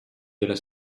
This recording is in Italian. della